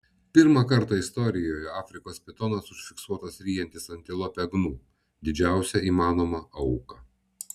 pirmą kartą istorijoje afrikos pitonas užfiksuotas ryjantis antilopę gnu didžiausią įmanomą auką